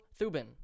Thubin